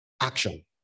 action